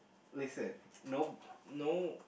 listen no no